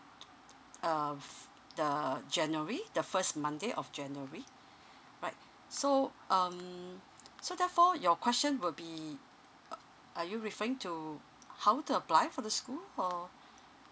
of the january the first monday of january right so um so therefore your question will be ugh are you referring to how to apply from the school or